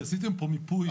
עשיתם מיפוי,